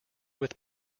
with